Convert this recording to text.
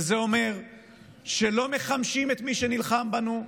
וזה אומר שלא מחמשים את מי שנלחם בנו,